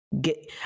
get